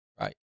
Right